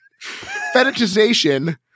fetishization